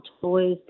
toys